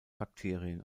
bakterien